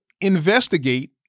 investigate